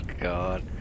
God